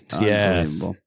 Yes